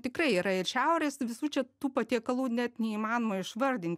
tikrai yra ir šiaurės visų čia tų patiekalų net neįmanoma išvardint